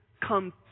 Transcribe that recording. come